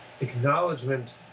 acknowledgement